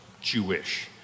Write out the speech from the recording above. Jewish